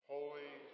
Holy